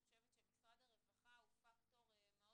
אני חושבת שמשרד הרווחה הוא פקטור מאוד